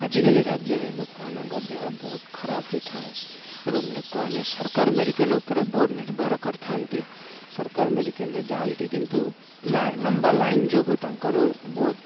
ଆଜିକାଲି ରାଜ୍ୟରେ ଲୋକମାନଙ୍କ ଦେହ ବହୁତ ଖରାପ ହୋଇଥାଏ ଏବଂ ଲୋକମାନେ ସରକାର ମେଡ଼ିକାଲ୍ ଉପରେ ବହୁତ ନିର୍ଭର କରିଥାନ୍ତି ସରକାର ମେଡ଼ିକାଲ୍ରେ ଯାଆନ୍ତି କିନ୍ତୁ ଲମ୍ବା ଲାଇନ୍ ଯୋଗୁଁ ତାଙ୍କର ବହୁତ